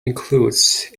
includes